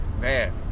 man